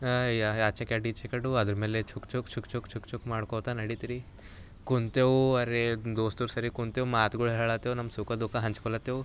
ಆಚೆ ಕಡೆ ಈಚೆ ಕಡೆ ಅದ್ರ ಮೇಲೆ ಛುಕ್ ಛುಕ್ ಛುಕ್ ಛುಕ್ ಛುಕ್ ಛುಕ್ ಮಾಡ್ಕೊತಾ ನಡೀತು ರಿ ಕೂತೆವು ಅರೆ ದೋಸ್ತರ ಸರಿ ಕೂತೆವು ಮಾತುಗಳು ಹೇಳತ್ತೆವು ನಮ್ಮ ಸುಖ ದುಃಖ ಹಂಚ್ಕೊಲತ್ತೆವು